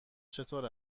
چطور